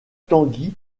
tanguy